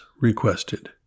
requested